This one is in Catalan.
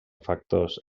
factors